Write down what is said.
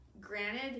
granted